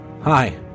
Hi